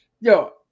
Yo